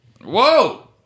whoa